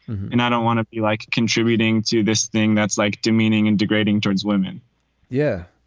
and i don't want to be like contributing to this thing that's like demeaning and degrading towards women yeah.